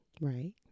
Right